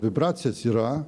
vibracijos yra